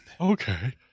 Okay